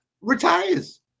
retires